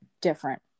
different